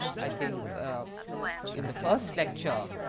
i think in the first lecture.